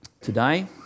today